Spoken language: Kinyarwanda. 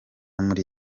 muri